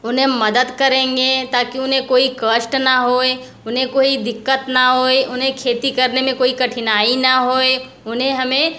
उन्हें मदद करेंगे ताकि उन्हें कोई कष्ट ना होए उन्हें कोई दिक़्क़त ना होए उन्हें खेती करने में कोई कठिनाई ना होए उन्हें हमें